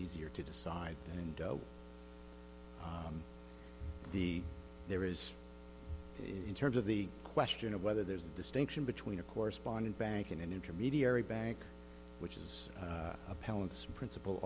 easier to decide and the there is in terms of the question of whether there's a distinction between a corresponding bank in an intermediary bank which is appellants princip